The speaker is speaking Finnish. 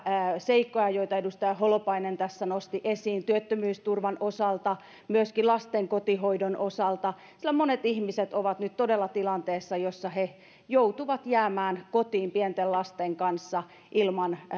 seikkoja joita edustaja holopainen tässä nosti esiin työttömyysturvan osalta myöskin lasten kotihoidon osalta sillä monet ihmiset ovat nyt todella tilanteessa jossa he joutuvat jäämään kotiin pienten lasten kanssa ilman